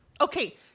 okay